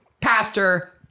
pastor